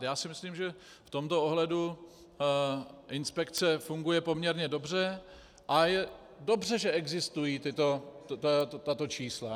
Já si myslím, že v tomto ohledu inspekce funguje poměrně dobře a je dobře, že existují tato čísla.